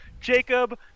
Jacob